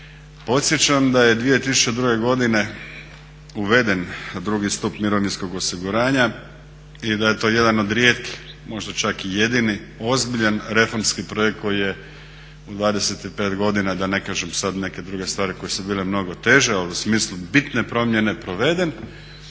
Podsjećam da je 2002. godine uveden drugi stup mirovinskog osiguranja i da je to jedan od rijetkih, možda čak i jedini ozbiljan reformski projekt koji je u 25 godina, da ne kažem sad neke druge stvari koje su bile mnogo teže, ali u smislu bitne promjene proveden